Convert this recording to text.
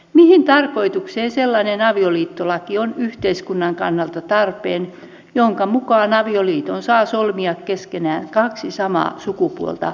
mihin tarkoitukseen sellainen avioliittolaki on yhteiskunnan kannalta tarpeen jonka mukaan avioliiton saa solmia keskenään kaksi samaa sukupuolta olevaa henkilöä